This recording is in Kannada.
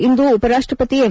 ಇಂದು ಉಪರಾಷ್ಟಪತಿ ಎಂ